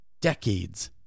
decades